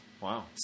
Wow